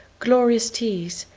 glorious teeth,